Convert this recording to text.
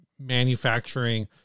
manufacturing